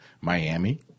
Miami